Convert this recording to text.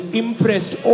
impressed